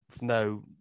no